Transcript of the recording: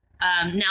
Now